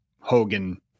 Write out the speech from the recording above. Hogan